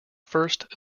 first